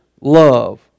love